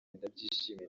ndabyishimiye